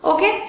Okay